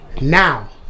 now